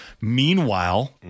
Meanwhile